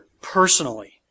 personally